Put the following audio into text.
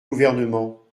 gouvernement